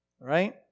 right